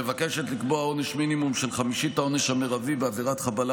מבקשת לקבוע עונש מינימום של חמישית העונש המרבי בעבירת חבלה